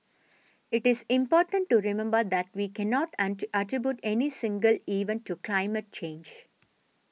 it is important to remember that we cannot attribute any single event to climate change